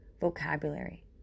vocabulary